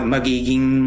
Magiging